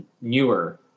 newer